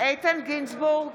איתן גינזבורג,